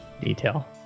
detail